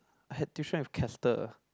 I had tuition with Castor